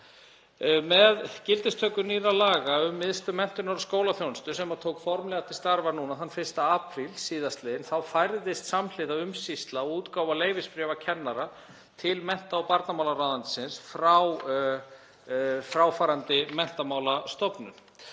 Með gildistöku nýrra laga um Miðstöð menntunar og skólaþjónustu sem tók formlega til starfa þann 1. apríl sl. færðist samhliða umsýsla og útgáfa leyfisbréfa kennara til mennta- og barnamálaráðuneytisins frá fráfarandi Menntamálastofnun